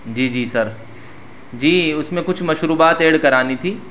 جی جی سر جی اس میں کچھ مشروبات ایڈ کرانی تھی